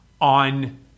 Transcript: on